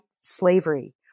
slavery